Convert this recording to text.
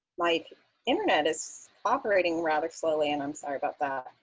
my internet is operating rather slowly, and i'm sorry about that.